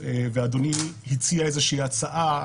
ואדוני הציע איזושהי הצעה,